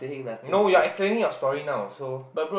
no you are explaining your story now so